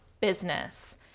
business